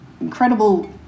incredible